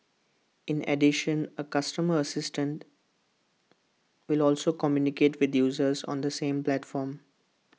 in addition A customer assistant will also communicate with users on the same platforms